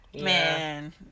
Man